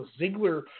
Ziggler